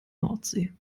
nordsee